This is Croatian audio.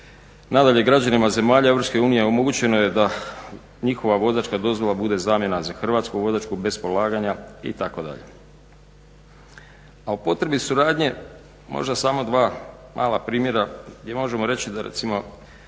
Nadalje, građanima zemlja EU omogućeno je da njihova vozačka dozvola bude zamjena za hrvatsku vozačku bez polaganja itd. A o potrebi suradnje, možda samo dva mala primjera gdje možemo reći da su